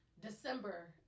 december